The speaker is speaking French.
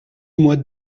mois